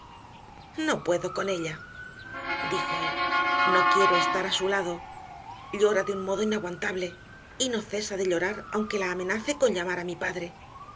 no puedo con ella dijo él no quiero estar a su lado llora de un modo inaguantable y no cesa de llorar aunque la amenace con llamar a mi padre